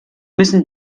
müssen